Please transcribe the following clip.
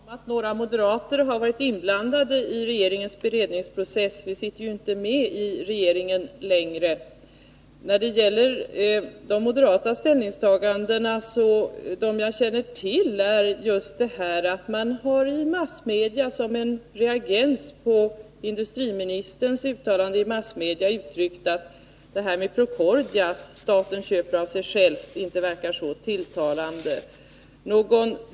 Herr talman! Jag är inte medveten om att några moderater har varit inblandade i regeringens beredningsprocess. Vi sitter ju inte längre i regeringen. Det enda moderata ställningstagande som jag känner till är just reaktionen på industriministerns uttalande i massmedia om Procordia, där staten så att säga skulle köpa av sig själv. Moderaterna tycker inte att det verkar så tilltalande.